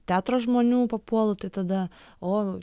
teatro žmonių papuolu tai tada o